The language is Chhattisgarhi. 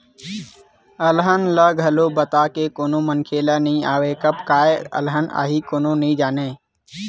अलहन ह घलोक बता के कोनो मनखे ल नइ आवय, कब काय अलहन आही कोनो नइ जानय